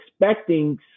expecting